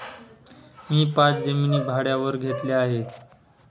मी पाच जमिनी भाड्यावर घेतल्या आहे